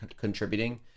contributing